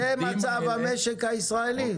זה מצב המשק הישראלי?